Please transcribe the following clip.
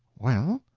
well?